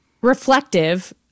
reflective